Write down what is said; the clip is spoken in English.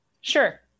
Sure